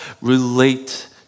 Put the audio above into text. relate